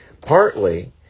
partly